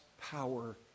power